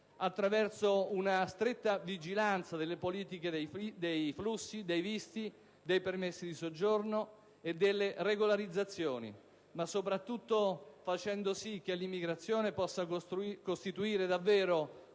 attraverso una stretta vigilanza sulle politiche dei flussi, dei visti, dei permessi di soggiorno e delle regolarizzazioni, in modo tale che l'immigrazione possa costituire davvero,